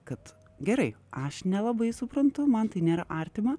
kad gerai aš nelabai suprantu man tai nėra artima